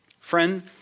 Friend